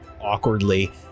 awkwardly